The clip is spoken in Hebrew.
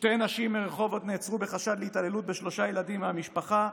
שתי נשים מרחובות נעצרו בחשד להתעללות בשלושה ילדים מהמשפחה,